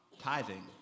tithing